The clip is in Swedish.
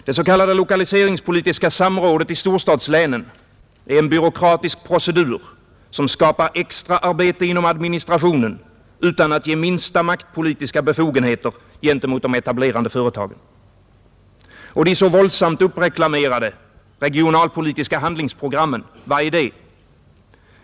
Det s.k. lokaliseringspolitiska samrådet i storstadslänen är en byråkratisk procedur, som skapar extraarbete inom administrationen utan att ge minsta maktpolitiska befogenheter gentemot de etablerande företagen. Och de så våldsamt uppreklamerade s.k. regionalpolitiska handlingsprogrammen; vad är det?